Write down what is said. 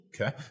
Okay